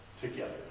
together